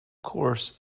course